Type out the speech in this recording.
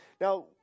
Now